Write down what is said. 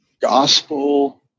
gospel